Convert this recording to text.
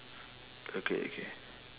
okay okay